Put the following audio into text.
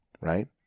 right